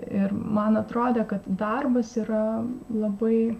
ir man atrodė kad darbas yra labai